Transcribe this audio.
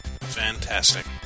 Fantastic